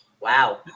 Wow